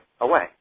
away